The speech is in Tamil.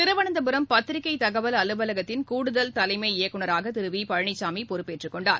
திருவனந்தபுரம் பத்திரிகை தகவல் அலுவலகத்தின் கூடுதல் தலைமை இயக்குநராக திரு வி பழனிசாமி பொறுப்பேற்றுக் கொண்டார்